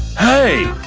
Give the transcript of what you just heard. hey!